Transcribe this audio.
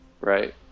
right